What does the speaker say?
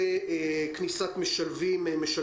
יצאו מנקודת הנחה שמפסיקים את הלימודים ב"זום"